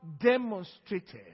demonstrated